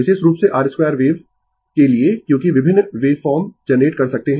विशेष रूप से r2 wave के लिए क्योंकि विभिन्न वेव फॉर्म जनरेट कर सकते है